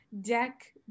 deck